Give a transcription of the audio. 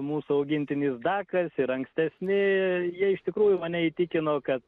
mūsų augintinis dakas ir ankstesni jie iš tikrųjų mane įtikino kad